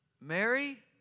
Mary